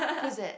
who is that